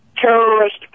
terrorist